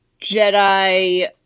Jedi